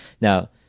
now